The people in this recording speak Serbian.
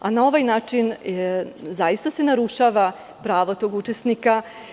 Na ovaj način zaista se narušava pravo tog učesnika.